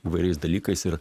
įvairiais dalykais ir